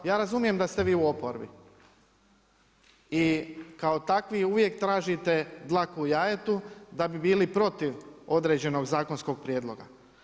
Ja razumijem da ste vi u oporbi i kao takvi uvijek tražite dlaku u jajetu, da bi bili protiv određenog zakonskog prijedloga.